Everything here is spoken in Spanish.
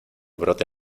brote